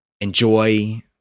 enjoy